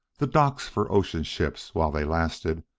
the docks for ocean ships while they lasted,